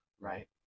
right